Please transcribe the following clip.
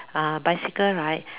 uh bicycle right